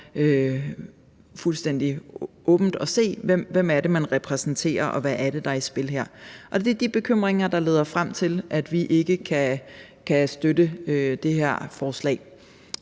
fuldstændig åbent at se, hvem det er, man repræsenterer, og hvad det er, der er i spil her. Det er de bekymringer, der leder frem til, at vi ikke kan støtte det her forslag.